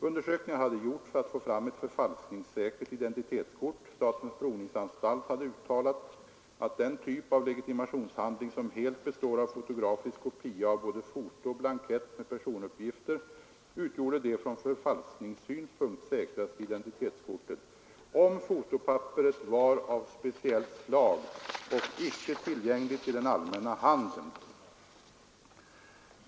Undersökningar hade gjorts för att få fram ett förfalskningssäkert identitetskort. Statens provningsanstalt hade uttalat att den typ av legitimationshandling som helt består av fotografisk kopia av både foto och blankett med personuppgifter utgjorde det från förfalskningssynpunkt säkraste identitetskortet, om fotopapperet var av speciellt slag och inte tillgängligt i den allmänna handeln.